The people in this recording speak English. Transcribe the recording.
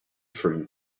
from